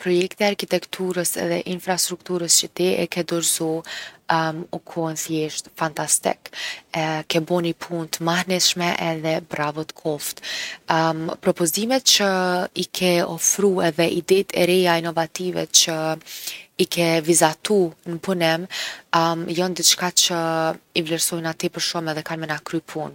Projekti i arkitekturës edhe infrastrukturës që ti e ke dorzu u kon thjeshtë fantastik. ke bo ni punë t’mahnitshme edhe bravo t’koft’. propozimet që i ke ofru edhe idetë e reja inovative që i ke vizatu n’punim jon diçka që i vlerësojna tepëer shumë edhe kanë me na kry punë.